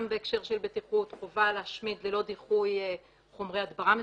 גם בהקשר של בטיחות חובה להשמיד ללא דיחוי חומרי הדברה מסוכנים.